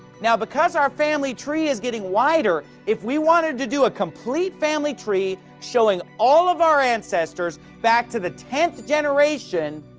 now because our family tree is getting wider, if we wanted to do a complete family tree showing all of our ancestors back to the tenth generation,